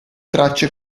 tracce